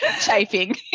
Chafing